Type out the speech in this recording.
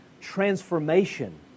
transformation